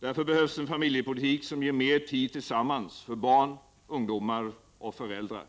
Därför behövs en familjepolitik som ger mer tid tillsammans för barn, ungdomar och föräldrar.